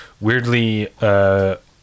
weirdly